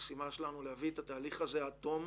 המשימה שלנו היא להביא את התהליך הזה עד תום,